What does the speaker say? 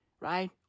right